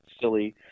silly